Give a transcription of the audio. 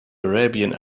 arabian